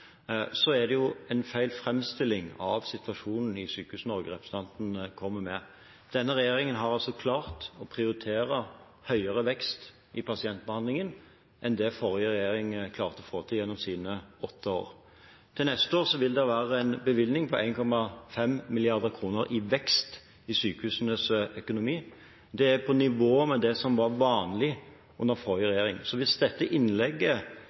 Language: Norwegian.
Så er det en feil framstilling av situasjonen i Sykehus-Norge representanten kommer med. Denne regjeringen har altså klart å prioritere høyere vekst i pasientbehandlingen enn det forrige regjering klarte å få til gjennom sine åtte år. Til neste år vil det være en bevilgning på 1,5 mrd. kr i vekst i sykehusenes økonomi. Det er på nivå med det som var vanlig under forrige regjering. Så hvis dette innlegget